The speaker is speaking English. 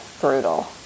brutal